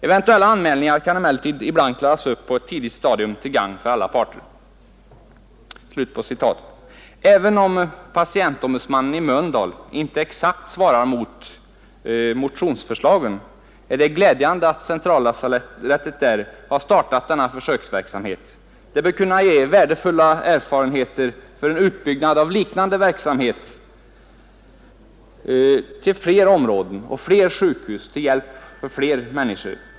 Eventuella anmälningar kan emellertid ibland klaras upp på ett tidigt stadium till gagn för alla parter.” Även om patientombudsmannen i Mölndal inte exakt svarar mot motionsförslaget, är det glädjande att centrallasarettet där har startat denna försöksverksamhet. Det bör kunna ge värdefulla erfarenheter för en utbyggnad av liknande verksamhet till flera områden och flera sjukhus till hjälp för flera människor.